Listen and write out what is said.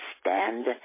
stand